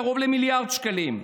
קרוב למיליארד שקלים.